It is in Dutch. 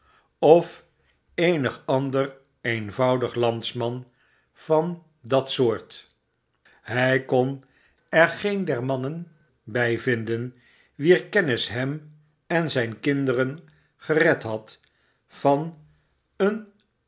of eenig ander eenvoudig landsman van dat soo'rt hij kon er geen der mannen by vinden wier kennis hem en zyn kinderen gered had van een